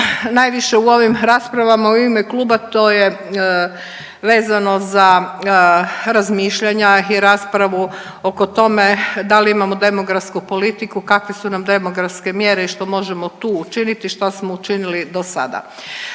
najviše u ovim raspravama u ime kluba to je vezano za razmišljanja i raspravu oko tome da li imamo demografsku politiku, kakve su nam demografske mjere i što možemo tu učiniti, šta smo učinili do sada.